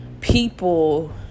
people